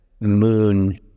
moon